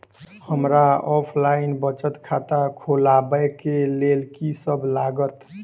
हमरा ऑफलाइन बचत खाता खोलाबै केँ लेल की सब लागत?